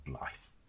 life